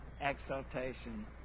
exaltation